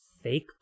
fake